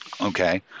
Okay